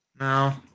No